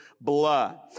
blood